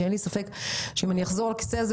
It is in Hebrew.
ואין לי ספק שאם אני אחזור לכיסא הזה,